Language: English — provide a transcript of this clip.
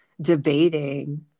debating